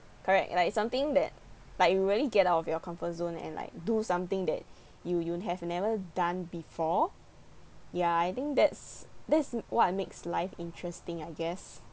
correct like something that like you really get out of your comfort zone and like do something that you you have never done before ya I think that's that's what makes life interesting I guess